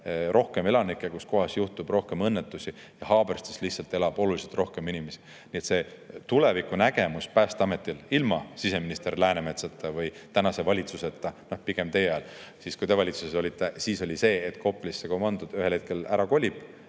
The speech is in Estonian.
rohkem elanikke, kus kohas juhtub rohkem õnnetusi, ja Haaberstis lihtsalt elab oluliselt rohkem inimesi. Nii et see tulevikunägemus Päästeametil – ilma siseminister Läänemetsata või tänase valitsuseta, pigem teie ajal, siis kui te valitsuses olite – oli see, et Koplist komando ühel hetkel ära kolib